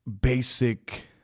basic